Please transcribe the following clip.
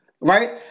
Right